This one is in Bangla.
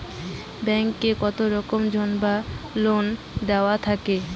ব্যাংক এ কত রকমের ঋণ বা লোন হয়ে থাকে?